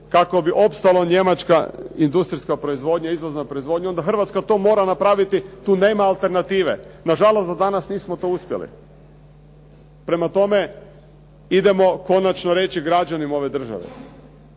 kako bi opstala Njemačka industrijska proizvodnja, izvozna proizvodnja, onda Hrvatska to mora napraviti tu nema alternative. Nažalost do danas nismo to uspjeli. Prema tome, idemo konačno reći građanima ove države,